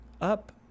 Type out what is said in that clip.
up